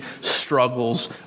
struggles